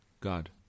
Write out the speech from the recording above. God